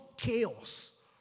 chaos